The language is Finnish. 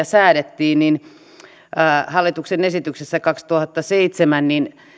säädettiin hallituksen esityksessä vuonna kaksituhattaseitsemän